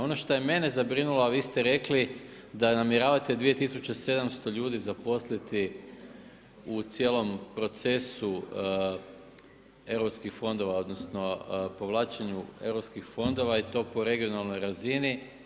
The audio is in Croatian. Ono što je mene zabrinulo, a vi ste rekli da namjeravate 2.700 ljudi zaposliti u cijelom procesu europskih fondova odnosno povlačenju europskih fondova i to po regionalnoj razini.